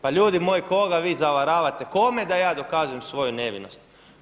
Pa ljudi moji, koga vi zavaravate, kome da ja dokazujem svoju nevinost!